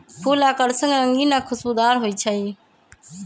फूल आकर्षक रंगीन आ खुशबूदार हो ईछई